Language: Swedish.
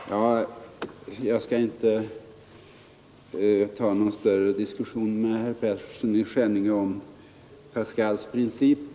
Herr talman! Jag skall inte ta upp någon större diskussion med herr Persson i Skänninge om Pascals princip.